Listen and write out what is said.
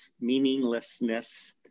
meaninglessness